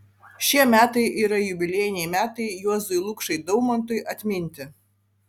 šie metai yra jubiliejiniai metai juozui lukšai daumantui atminti